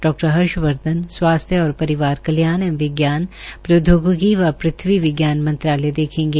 डा हर्षवर्धन स्वास्थ्सय और परिवार कल्या एंव विज्ञान प्रौदयोगिकी व पृथ्वी विज्ञान मंत्रालय देखेंगे